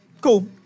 cool